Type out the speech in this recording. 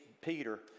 Peter